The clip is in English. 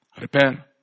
Repair